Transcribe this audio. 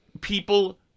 people